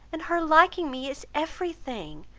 and her liking me is every thing.